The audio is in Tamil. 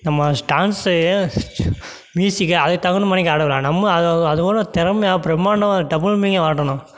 நம்ம டான்ஸு மியூசிக்கு அதுக்கு தகுந்த மாரிக்க ஆடக் கூடாது நம்ம அதோ அதோடய திறமையா பிரமாண்டமாக அதுக்கு டபுள் மடங்காக ஆடணும்